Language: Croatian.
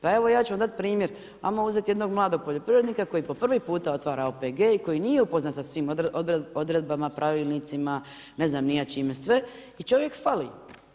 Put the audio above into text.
Pa evo, ja ću vam dat primjer hajmo uzet jednog mladog poljoprivrednika koji po prvi puta otvara OPG i koji nije upoznat sa svim odredbama pravilnicima, ne znam ni ja čime sve i čovjek fali.